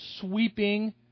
sweeping